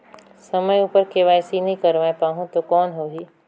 समय उपर के.वाई.सी नइ करवाय पाहुं तो कौन होही?